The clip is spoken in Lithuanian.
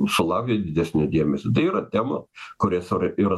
šlavi didesniu dėmesiu tai yra tema kurios yra